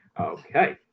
okay